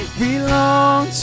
belong